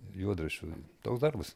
juodraščių toks darbas